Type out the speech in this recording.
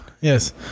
yes